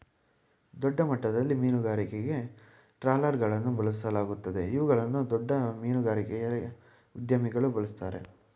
ದೊಡ್ಡಮಟ್ಟದಲ್ಲಿ ಮೀನುಗಾರಿಕೆಗೆ ಟ್ರಾಲರ್ಗಳನ್ನು ಬಳಸಲಾಗುತ್ತದೆ ಇವುಗಳನ್ನು ದೊಡ್ಡ ಮೀನುಗಾರಿಕೆಯ ಉದ್ಯಮಿಗಳು ಬಳ್ಸತ್ತರೆ